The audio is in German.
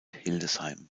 hildesheim